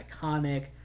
iconic